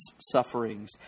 sufferings